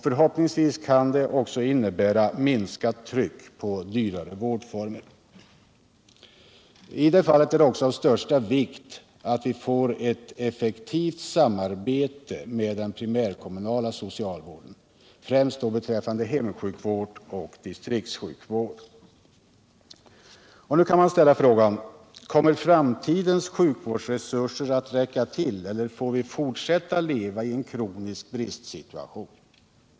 Förhoppningsvis kan detta innebära minskat tryck på dyrare vårdformer. Av största vikt är då givetvis ett effektivt samarbete med den primärkommunala socialvården, främst beträffande hemsjukvård och distriktssjukvård. Man kan ställa frågan: Kommer framtidens sjukvårdsresurser att räcka till, eller får vi fortsätta leva i en kronisk bristsituation?